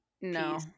no